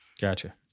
Gotcha